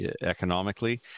economically